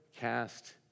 cast